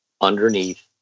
underneath